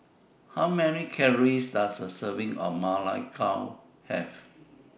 How Many Calories Does A Serving of Ma Lai Gao Have